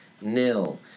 nil